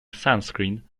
sunscreen